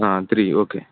ಹಾಂ three okay